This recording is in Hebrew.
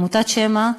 עמותת "שמע"